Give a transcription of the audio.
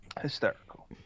Hysterical